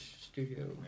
studio